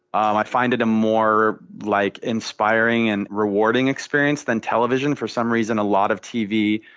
um i find it a more like inspiring and rewarding experience than television. for some reason a lot of tv,